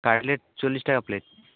cutlet চল্লিশ টাকা plate